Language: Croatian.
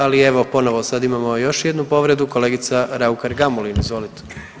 Ali evo ponovo sad imamo još jednu povredu kolegica Raukar Gamulin, izvolite.